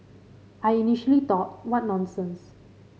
I initially thought what nonsense